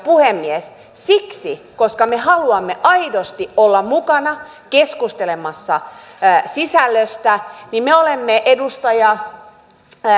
puhemies siksi koska me haluamme aidosti olla mukana keskustelemassa sisällöstä niin me olemme edustaja